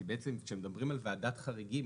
כי בעצם כשמדברים על ועדת חריגים,